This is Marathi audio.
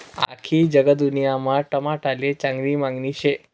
आख्खी जगदुन्यामा टमाटाले चांगली मांगनी शे